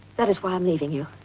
that is why i'm leaving you.